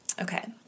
Okay